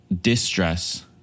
distress